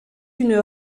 une